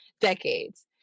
decades